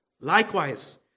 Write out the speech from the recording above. Likewise